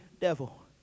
devil